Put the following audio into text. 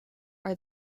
are